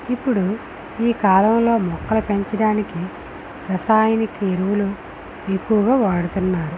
ఇప్పుడు ఈ కాలంలో మొక్కలు పెంచడానికి రసాయనిక ఎరువులు ఎక్కువగా వాడుతున్నారు